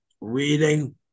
reading